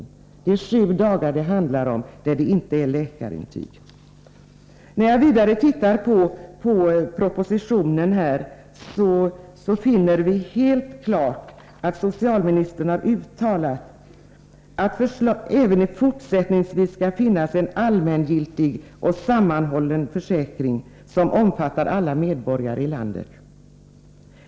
Vid sjukdom i sju dagar eller mindre behövs inte läkarintyg. Socialministern har i propositionen klart uttalat att det även fortsättningsvis skall finnas en allmängiltig och sammanhållen försäkring, som omfattar alla medborgare i landet.